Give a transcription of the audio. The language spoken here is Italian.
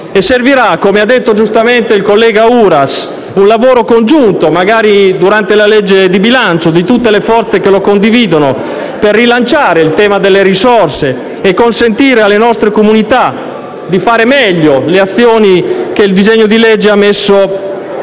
nuove e, come ha detto giustamente il collega Uras, servirà un lavoro congiunto, magari durante la sessione di bilancio, di tutte le forze interessate per rilanciare il tema delle risorse e consentire alle nostre comunità di fare meglio le azioni che il disegno di legge in esame mette